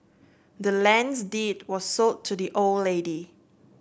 the land's deed was sold to the old lady